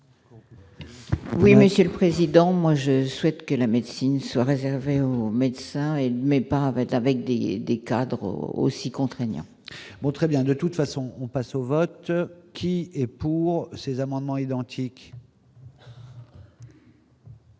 Oui, monsieur le président, moi je souhaite que la médecine soient réservées aux médecins et même pas voter avec des des cadres au aussi contraignant. Bon, très bien, de toute façon, on passe au vote qui est pour ces amendements identiques.